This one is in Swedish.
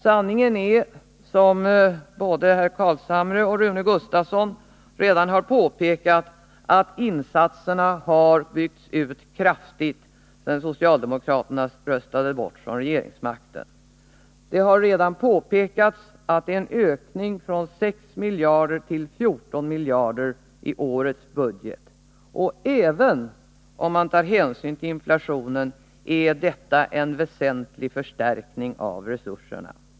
Sanningen är, som både herr Carlshamre och herr Rune Gustavsson redan påpekat, att insatserna har byggts ut kraftigt, sedan socialdemokraterna röstades bort från regeringsmakten. Det har redan påpekats att statens totala insatser på handikappområdet har ökat från 6 miljarder kronor budgetåret 1976/77 till 14 miljarder kronor i årets budget. Även om man tar hänsyn till inflationen är detta en väsentlig förstärkning av resurserna.